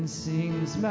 sings